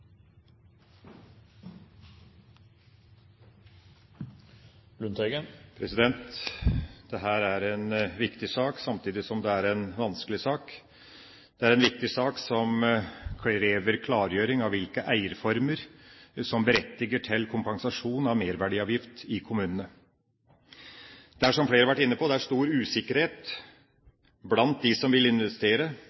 er en viktig sak, samtidig som det er en vanskelig sak. Det er en viktig sak som krever klargjøring av hvilke eierformer som berettiger til kompensasjon av merverdiavgift i kommunene. Det er som flere har vært inne på: Det er stor usikkerhet